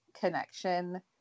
connection